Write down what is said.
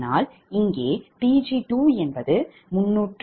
ஆனால் இங்கே Pg2 373